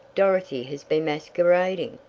dorothy has been masquerading!